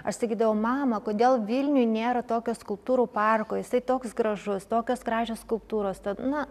aš sakydavau mama kodėl vilniuj nėra tokio skulptūrų parko jisai toks gražus tokios gražios skulptūros na